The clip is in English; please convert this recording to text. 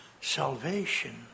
salvation